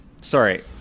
Sorry